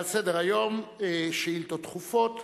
על סדר-היום, שאילתות דחופות,